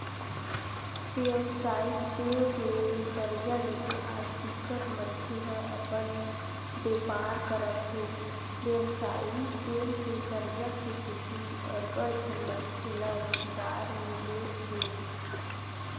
बेवसायिक बेंक ले करजा लेके आज बिकट मनखे ह अपन बेपार करत हे बेवसायिक बेंक के करजा के सेती अड़बड़ झन मनखे ल रोजगार मिले हे